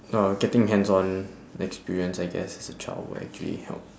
oh getting hands on experience I guess as a child will actually help